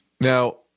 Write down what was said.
Now